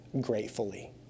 gratefully